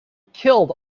killed